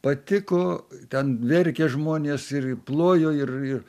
patiko ten verkė žmonės ir plojo ir ir